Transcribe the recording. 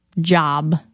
job